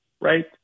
right